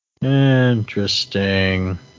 Interesting